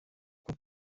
uko